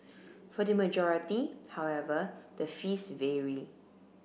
for the majority however the fees vary